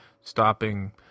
stopping